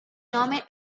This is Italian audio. nome